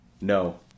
No